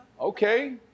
Okay